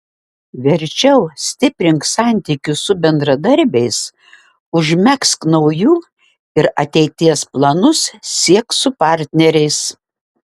verčiau stiprink santykius su bendradarbiais užmegzk naujų ir ateities planus siek su partneriais